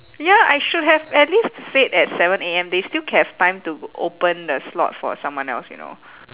ya I should have at least said at seven A_M they still ca~ have time to open the slot for someone else you know